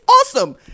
awesome